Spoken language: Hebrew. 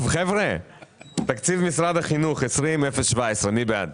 תקציב משרד החינוך, פנייה מס' 20-017, מי בעד?